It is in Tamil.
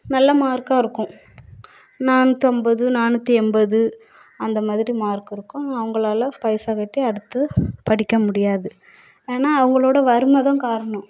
நல்ல மார்க்காக இருக்கும் நானூற்றி ஐம்பது நானூற்றி எண்பது அந்த மாதிரி மார்க் இருக்கும் அவங்களால் பைசா கட்டி அடுத்து படிக்க முடியாது ஏன்னால் அவங்களோடய வறுமை தான் காரணம்